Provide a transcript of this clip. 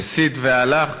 הסית והלך?